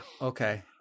okay